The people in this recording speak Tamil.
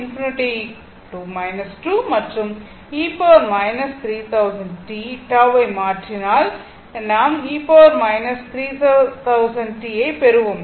டவ் ஐ மாற்றினால் நாம் ஐ பெறுவோம்